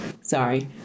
sorry